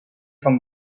fan